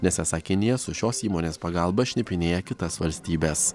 nes esą kinija su šios įmonės pagalba šnipinėja kitas valstybes